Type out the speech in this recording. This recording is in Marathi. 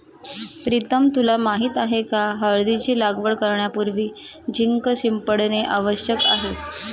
प्रीतम तुला माहित आहे का हळदीची लागवड करण्यापूर्वी झिंक शिंपडणे आवश्यक आहे